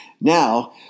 Now